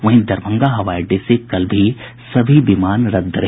वहीं दरभंगा हवाई अड्डे से कल भी सभी विमान रद्द है